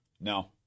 No